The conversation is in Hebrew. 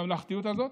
הממלכתיות הזאת,